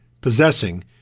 possessing